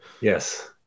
Yes